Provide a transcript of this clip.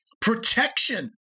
protection